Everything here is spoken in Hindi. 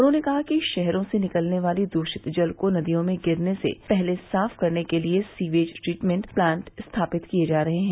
उन्होंने कहा कि शहरों से निकलने वाले दूषित जल को नदियों में गिरने से पहले साफ करने के लिए सीवेज ट्रीटमेंट प्लांट स्थापित किए जा रहे हैं